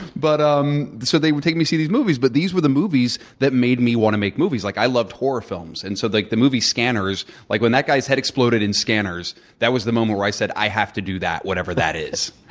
but um so they would take me to see these movies. but these were the movies that made me want to make movies. like i loved horror films. and so the movie scanners, like when that guy's head exploded in scanners that was the moment where i said i have to do that, whatever that is.